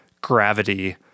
gravity